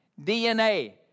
DNA